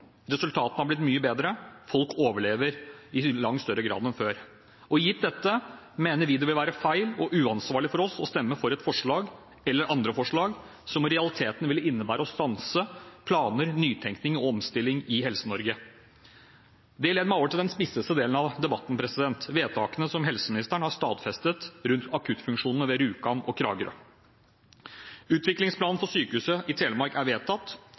Resultatene har blitt mye bedre: Folk overlever i langt større grad enn før. Gitt dette, mener vi det vil være feil og uansvarlig av oss å stemme for et forslag eller andre forslag som i realiteten ville innebære å stanse planer, nytenkning og omstilling i Helse-Norge. Det leder meg over til den mest spisse delen av debatten: vedtakene om akuttfunksjonene ved Rjukan og Kragerø, som helseministeren har stadfestet. Utviklingsplanen for Sykehuset Telemark er vedtatt,